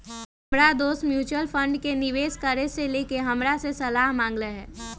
हमर दोस mutual fund में निवेश करे से लेके हमरा से सलाह मांगलय ह